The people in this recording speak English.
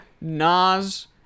Nas